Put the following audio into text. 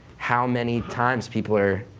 how many times people are,